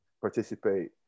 participate